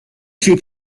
sui